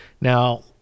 Now